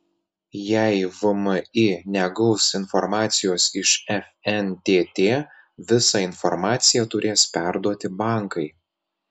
jei vmi negaus informacijos iš fntt visą informaciją turės perduoti bankai